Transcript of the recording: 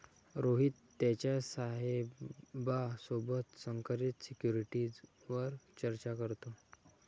रोहित त्याच्या साहेबा सोबत संकरित सिक्युरिटीवर चर्चा करतो